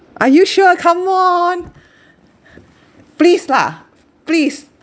are you sure come on please lah please